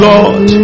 Lord